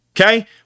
Okay